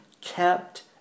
kept